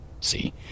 See